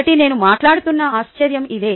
కాబట్టి నేను మాట్లాడుతున్న ఆశ్చర్యం ఇది